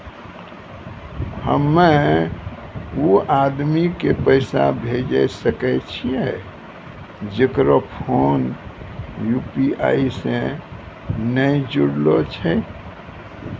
हम्मय उ आदमी के पैसा भेजै सकय छियै जेकरो फोन यु.पी.आई से नैय जूरलो छै?